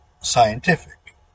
scientific